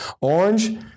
orange